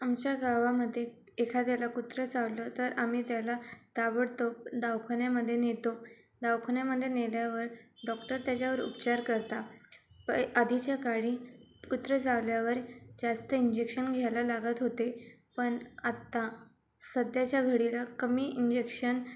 आमच्या गावामधे एखाद्याला कुत्रं चावलं तर आम्ही त्याला ताबडतोब दवाखान्यामधे नेतो दवाखान्यामधे नेल्यावर डॉक्टर त्याच्यावर उपचार करता पै आधीच्या काळी कुत्रं चावल्यावर जास्त इंजेक्शन घ्यायला लागत होते पण आत्ता सध्याच्या घडीला कमी इंजेक्शन